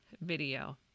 video